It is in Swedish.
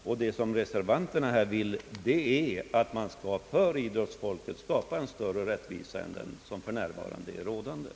Och det som reservanterna i detta sammanhang vill är att det skapas en större rättvisa för idrottsmännen än vad som för närvarande är fallet.